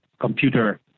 computer